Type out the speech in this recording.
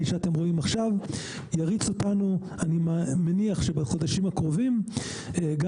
שאתם רואים עכשיו יריצו אותנו אני מניח שבחודשים הקרובים גם